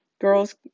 girls